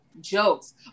jokes